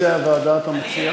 איזו ועדה אתה מציע?